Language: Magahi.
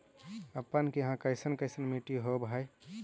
अपने के यहाँ कैसन कैसन मिट्टी होब है?